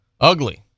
Ugly